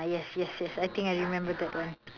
yes yes yes I think I remember that one